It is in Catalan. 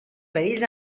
perills